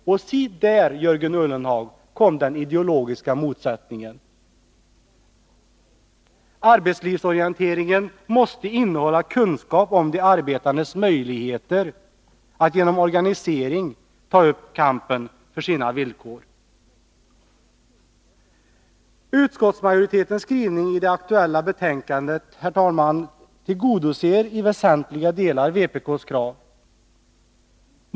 Se där, Jörgen Ullenhag, kom den ideologiska motsättningen! Arbetslivsorienteringen måste innehålla kunskap om de arbetandes möjligheter att genom organisering ta upp kampen för sina villkor. Utskottsmajoritetens skrivning i det aktuella betänkandet, herr talman, tillgodoser i väsentliga delar vpk:s krav.